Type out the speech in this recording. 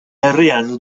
herrian